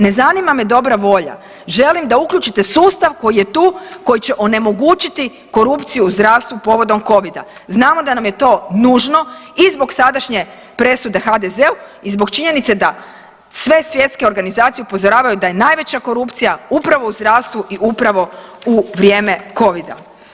Ne zanima me dobra volja, želim da uključite sustav koji je tu koji će onemogućiti korupciju u zdravstvu povodom covida, znamo da nam je to nužno i zbog sadašnje presude HDZ-u i zbog činjenica da sve svjetske organizacije upozoravaju da je najveća korupcija upravo u zdravstvu i upravo u vrijeme covida.